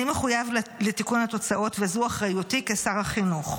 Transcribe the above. אני מחויב לתיקון התוצאות וזו אחריותי כשר החינוך.